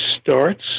starts